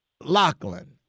Lachlan